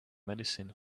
medicine